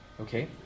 okay